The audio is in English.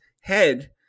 head